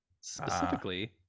specifically